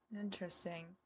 Interesting